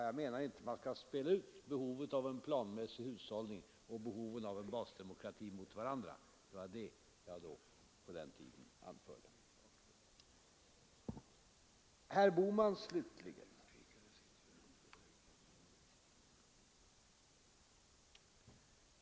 Jag menar inte att man skall spela ut behovet av en planmässig hushållning och behovet av en basdemokrati mot varandra. Det var det jag på den tiden anförde.